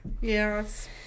Yes